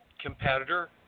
competitor